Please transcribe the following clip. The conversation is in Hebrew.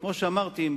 וכמו שאמרתי,